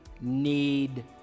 need